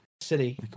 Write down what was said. City